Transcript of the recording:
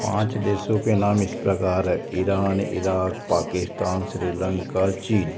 पाँच देशों के नाम इस प्रकार हैं ईरान ईराक पाकिस्तान श्रीलंका चीन